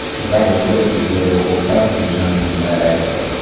the double jeopardy rule ought not to be changed in that aspect,